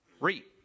reap